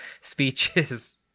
speeches